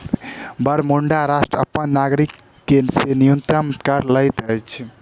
Bermuda राष्ट्र अपन नागरिक से न्यूनतम कर लैत अछि